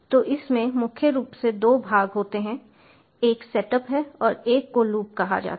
तो इसमें मुख्य रूप से दो भाग होते हैं एक सेटअप है और एक को लूप कहा जाता है